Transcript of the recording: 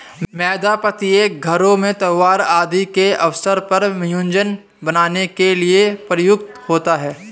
मैदा प्रत्येक घरों में त्योहार आदि के अवसर पर व्यंजन बनाने के लिए प्रयुक्त होता है